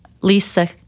Lisa